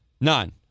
None